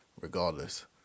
regardless